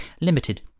limited